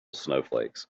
snowflakes